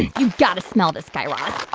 you've got to smell this, guy raz.